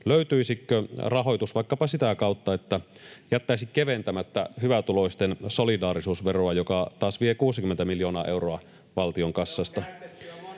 Löytyisikö rahoitus vaikkapa sitä kautta, että jättäisi keventämättä hyvätuloisten solidaarisuusveroa, joka taas vie 60 miljoonaa euroa valtion kassasta?